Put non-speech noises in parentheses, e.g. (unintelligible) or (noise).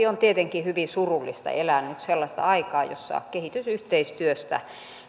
(unintelligible) on tietenkin hyvin surullista elää nyt sellaista aikaa jossa kehitysyhteistyöstä